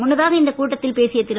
முன்னதாக இந்த கூட்டத்தில் பேசிய திரு